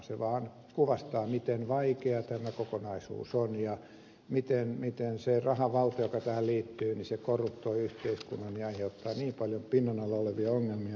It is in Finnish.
se vaan kuvastaa miten vaikea tämä kokonaisuus on ja miten se rahavalta joka tähän liittyy korruptoi yhteiskunnan ja aiheuttaa niin paljon pinnan alla olevia ongelmia